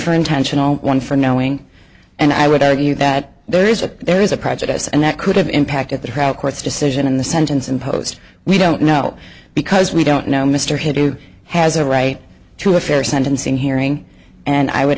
for intentional one for knowing and i would argue that there is a there is a prejudice and that could have impacted the route court's decision in the sentence imposed we don't know because we don't know mr hindu has a right to a fair sentencing hearing and i would